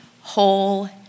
whole